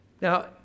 Now